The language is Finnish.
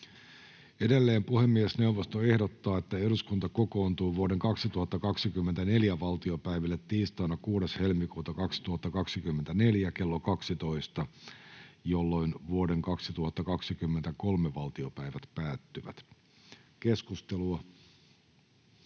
Edelleen puhemiesneuvosto ehdottaa, että eduskunta kokoontuu vuoden 2024 valtiopäiville tiistaina 6.2.2024 kello 12, jolloin vuoden 2023 valtiopäivät päättyvät. Tämä istunto